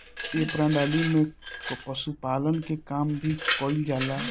ए प्रणाली में पशुपालन के काम भी कईल जाला